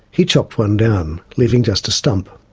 he chopped one down, leaving just a stump.